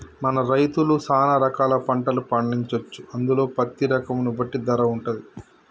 మన రైతులు సాన రకాల పంటలు పండించొచ్చు అందులో పత్తి రకం ను బట్టి ధర వుంటది